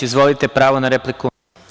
Izvolite, pravo na repliku.